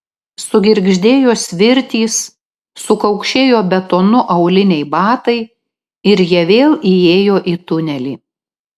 sugirgždėjo svirtys sukaukšėjo betonu auliniai batai ir jie vėl įėjo į tunelį